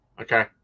Okay